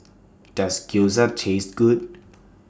Does Gyoza Taste Good